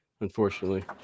unfortunately